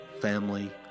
family